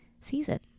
season